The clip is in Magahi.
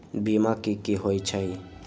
बीमा कि होई छई?